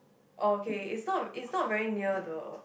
okay it's not it's not very near the